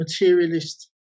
materialist